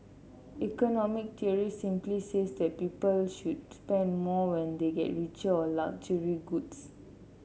economic theory simply says that people should spend more when they get richer on luxury goods